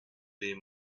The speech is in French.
les